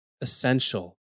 essential